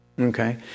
Okay